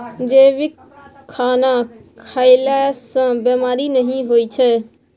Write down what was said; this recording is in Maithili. जैविक खाना खएला सँ बेमारी नहि होइ छै